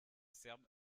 serbe